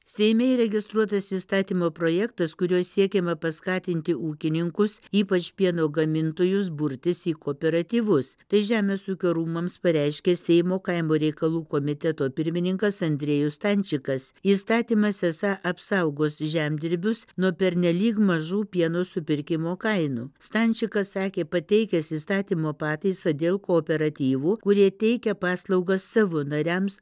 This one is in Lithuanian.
seime įregistruotas įstatymo projektas kuriuo siekiama paskatinti ūkininkus ypač pieno gamintojus burtis į kooperatyvus tai žemės ūkio rūmams pareiškė seimo kaimo reikalų komiteto pirmininkas andriejus stančikas įstatymas esą apsaugos žemdirbius nuo pernelyg mažų pieno supirkimo kainų stančikas sakė pateikęs įstatymo pataisą dėl kooperatyvų kurie teikia paslaugas savo nariams